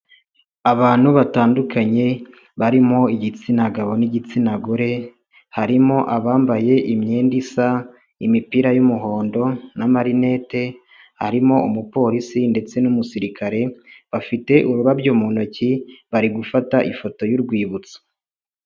Abantu batandukanye, barimo igitsina gabo n'igitsina gore ,harimo abambaye imyenda isa, imipira y'umuhondo na marinette, arimo umupolisi ndetse n'umusirikare, bafite ururabyo mu ntoki bari gufata ifoto y'urwibutso.